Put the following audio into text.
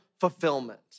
fulfillment